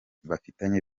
bafitanye